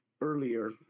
earlier